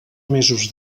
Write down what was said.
mesos